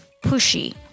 pushy